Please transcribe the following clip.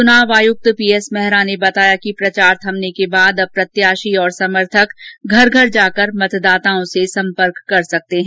चुनाव आयुक्त पीएस मेहरा ने बताया कि प्रचार थमने के बाद अब प्रत्याशी और समर्थक घर घर जाकर मतदाताओं से जनसंपर्क कर सकते हैं